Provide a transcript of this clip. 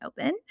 open